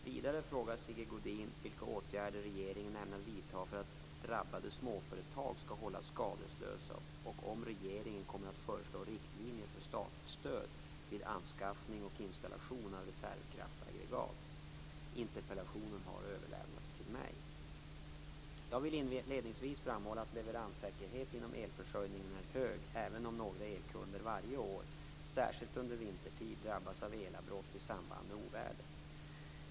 Vidare frågar Sigge Godin vilka åtgärder regeringen ämnar vidta för att drabbade småföretag skall hållas skadeslösa och om regeringen kommer att föreslå riktlinjer för statligt stöd vid anskaffning och installation av reservkraftaggregat. Interpellationen har överlämnats till mig. Jag vill inledningsvis framhålla att leveranssäkerheten inom elförsörjningen är hög även om några elkunder varje år, särskilt under vintertid, drabbas av elavbrott i samband med oväder.